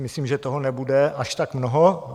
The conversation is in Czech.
Myslím si, že toho nebude až tak mnoho.